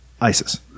ISIS